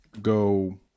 go